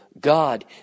God